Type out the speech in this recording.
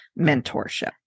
mentorship